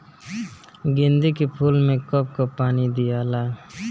गेंदे के फूल मे कब कब पानी दियाला?